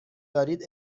دارید